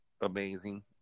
amazing